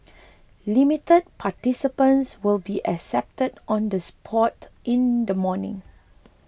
limited participants will be accepted on the spot in the morning